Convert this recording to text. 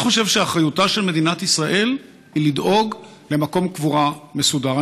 אני חושב שאחריותה של מדינת ישראל היא לדאוג למקום קבורה מסודר.